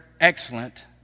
excellent